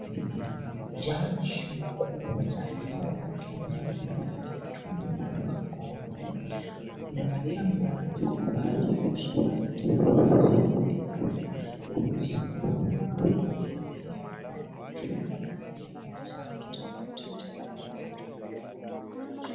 Jaji mkuu wa taifa la Kenya anayeitwa Martha Koome amevalia miwani kwenye macho ya uso wake na ngazi ya rangi nyekundu amesimama mbele ya watu waliovaa mavazi ya kitofauti tayari kuwahutubia.